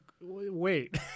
wait